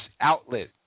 outlet